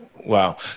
Wow